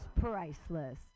priceless